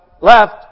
left